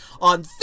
on